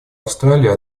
австралии